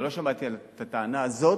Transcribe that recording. אבל לא שמעתי את הטענה הזאת.